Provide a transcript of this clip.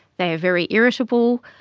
they are very irritable,